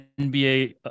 NBA